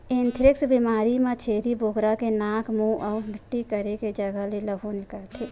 anthrax बेमारी म छेरी बोकरा के नाक, मूंह अउ टट्टी करे के जघा ले लहू निकलथे